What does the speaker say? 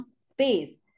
space